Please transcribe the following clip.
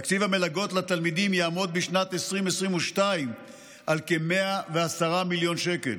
תקציב המלגות לתלמידים יעמוד בשנת 2022 על כ-110 מיליון שקלים.